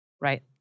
right